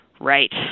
Right